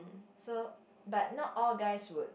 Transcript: so but not all guys would